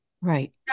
Right